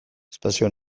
espazio